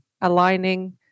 aligning